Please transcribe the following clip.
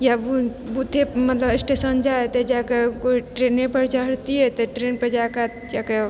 या बूथे मतलब स्टेशन जाइ तऽ जा कए कोइ ट्रेनेपर चढ़ितियै तऽ ट्रैनपर जाकऽ